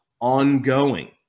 ongoing